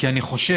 כי אני חושב,